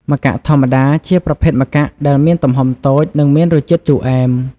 ម្កាក់ធម្មតា ជាប្រភេទម្កាក់ដែលមានទំហំតូច និងមានរសជាតិជូរអែម។